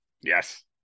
Yes